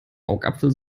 augapfel